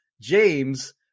James